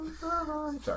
Sorry